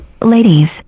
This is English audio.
Ladies